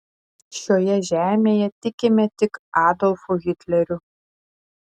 šioje žemėje tikime tik adolfu hitleriu